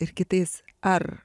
ir kitais ar